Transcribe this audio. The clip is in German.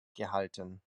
gehalten